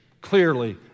clearly